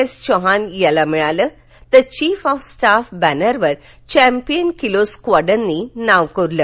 S चौहानला मिळाल तर चीफ ऑफ स्टाफ बॅनरवर चॅपियन किलो स्क्वाडूननी नाव कोरले